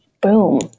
boom